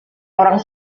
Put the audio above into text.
orang